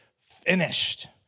finished